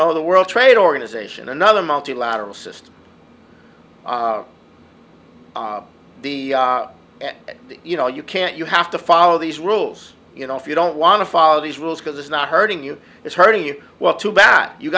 know the world trade organization another multilateral system the you know you can't you have to follow these rules you know if you don't want to follow these rules because it's not hurting you it's hurting you well too bad you